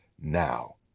now